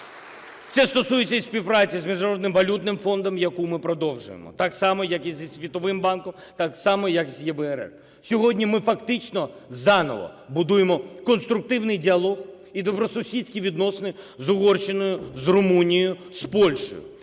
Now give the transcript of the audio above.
Це стосується і співпраці з Міжнародним валютним фондом, яку ми продовжуємо, так само як і зі Світовим банком, так само як з ЄБРР. Сьогодні ми фактично заново будуємо конструктивний діалог і добросусідські відносини з Угорщиною, з Румунією, з Польщею.